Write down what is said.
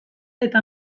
eta